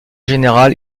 général